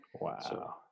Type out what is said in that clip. wow